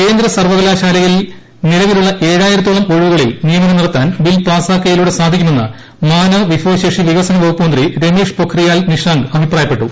കേന്ദ്ര സർവ്വകലാശാലകളിൽ നിലവിലുള്ള ഏഴായിരത്തോളം ഒഴിവുകളിൽ നിയമനം നടത്താൻ ബിൽ പാസാക്കി യതിലൂടെ സാധിക്കുമെന്ന് മാനവ വിഭവശേഷി വികസന വകുപ്പ് മന്ത്രി രമേഷ് പൊഖ്റിയാൽ നിഷാങ്ക് അഭിപ്രായപ്പെട്ടു